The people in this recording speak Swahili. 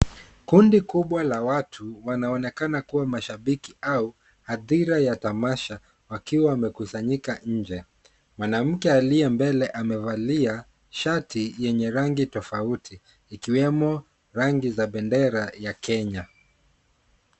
Kundi kubwa la watu wanaonekana kuwa mashabiki au hadhira ya tamasha wakiwa wamekusanyika nje, mwanamke aliye mbele amevalia shati yenye rangi tofauti ikiwemo rangi za bendera ya Kenya.